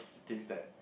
thinks that